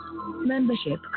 Membership